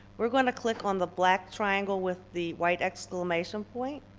we're going to click on the black triangle with the white exclamation point